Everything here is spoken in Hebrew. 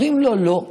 אומרים לו לא,